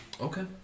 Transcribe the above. Okay